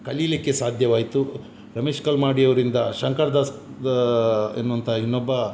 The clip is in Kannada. ಕಲಿಲಿಕ್ಕೆ ಸಾಧ್ಯವಾಯಿತು ರಮೇಶ್ ಕಲ್ಮಾಡಿ ಅವರಿಂದ ಶಂಕರದಾಸ್ ಎನ್ನುವಂತ ಇನ್ನೊಬ್ಬ